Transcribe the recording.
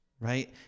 right